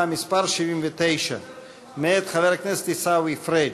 מס' 79 מאת חבר הכנסת עיסאווי פריג'.